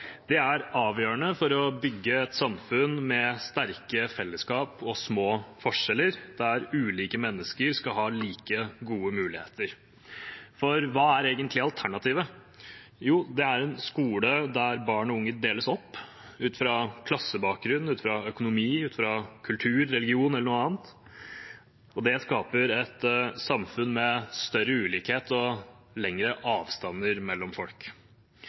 Det er avgjørende for å bygge et samfunn med sterke fellesskap og små forskjeller, der ulike mennesker skal ha like gode muligheter. For hva er egentlig alternativet? Jo, det er en skole der barn og unge deles opp ut fra klassebakgrunn, ut fra økonomi, ut fra kultur, religion eller noe annet, og det skaper et samfunn med større ulikhet og lengre avstander mellom folk.